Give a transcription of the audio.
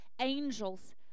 angels